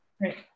Right